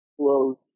close